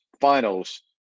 Finals